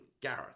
Gareth